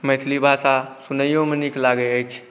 मैथिली भाषा सुनैओमे नीक लागै अछि